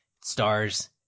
stars